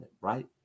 right